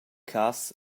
cass